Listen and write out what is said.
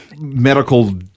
medical